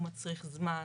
הוא מצריך זמן,